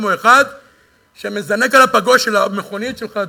כמו אחד שמזנק על הפגוש של המכונית שלך,